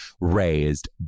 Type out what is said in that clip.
raised